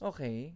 Okay